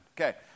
Okay